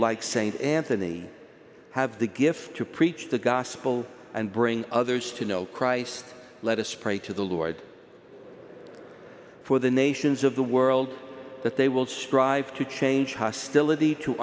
like saint anthony have the gift to preach the gospel and bring others to know christ let us pray to the lord for the nations of the world that they will strive to change hostility to